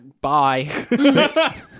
Bye